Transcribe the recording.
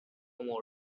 more